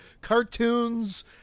cartoons